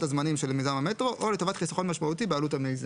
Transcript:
הזמנים של מיזם המטרו או לטבת חיסכון משמעותי בעלות המיזם.